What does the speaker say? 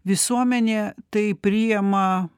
visuomenė tai priema